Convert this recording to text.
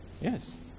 Yes